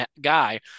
guy